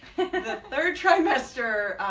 the third trimester